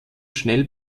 schnell